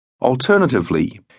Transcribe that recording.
Alternatively